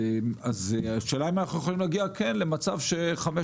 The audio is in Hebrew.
אז השאלה אם אנחנו יכולים כן להגיע למצב שחמשת